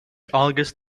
august